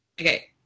okay